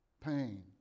pain